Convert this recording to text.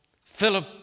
Philip